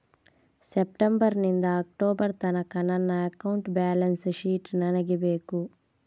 September ನಿಂದ October ತನಕ ನನ್ನ ಅಕೌಂಟ್ ಬ್ಯಾಲೆನ್ಸ್ ಶೀಟ್ ನನಗೆ ಬೇಕು